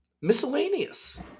Miscellaneous